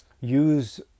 use